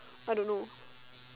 I don't know